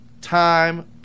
Time